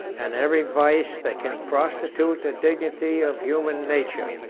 and every vice that can prostitute the dignity of human nature.